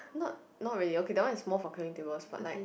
not not really okay that one is more for clearing tables but like